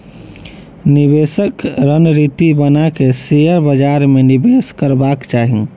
निवेशक रणनीति बना के शेयर बाजार में निवेश करबाक चाही